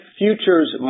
futures